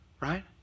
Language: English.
right